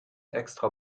extra